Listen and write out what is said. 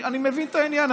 אני מבין את העניין.